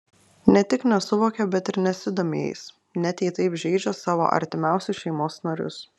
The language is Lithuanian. ne tik nesuvokia bet ir nesidomi jais net jei taip žeidžia savo artimiausius šeimos narius